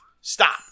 stop